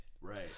right